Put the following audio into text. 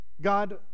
God